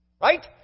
Right